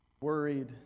worried